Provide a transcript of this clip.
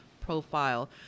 profile